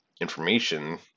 information